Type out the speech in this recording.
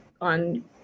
on